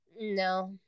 no